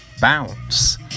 bounce